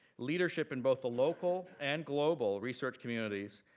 leadership in both the local and global research communities,